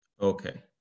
Okay